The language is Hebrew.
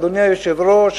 אדוני היושב-ראש,